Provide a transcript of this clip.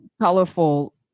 colorful